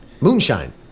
moonshine